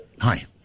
Hi